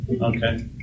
Okay